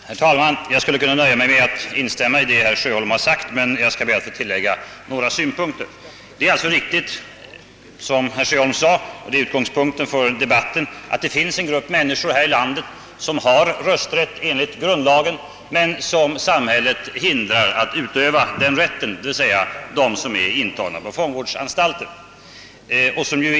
Herr talman! Jag skulle kunna nöja mig med att instämma i det herr Sjöholm har sagt, men jag vill gärna tilllägga några synpunkter. Det är alltså riktigt som herr Sjöholm sade — det är också utgångspunkten för debatten — att det finns en grupp människor här i landet som har rösträtt enligt grundlagen men som av samhället hindras att utöva den rätten. Det gäller alltså dem som är intagna på fångvårdsanstalterna.